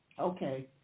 okay